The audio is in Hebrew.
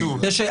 Me, too.